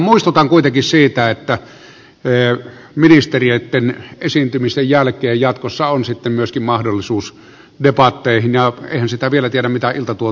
muistutan kuitenkin siitä että ministereitten esiintymisten jälkeen jatkossa on sitten myöskin mahdollisuus debatteihin ja eihän sitä vielä tiedä mitä ilta tuo tullessaan